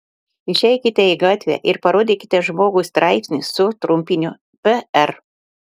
išeikite į gatvę ir parodykite žmogui straipsnį su trumpiniu pr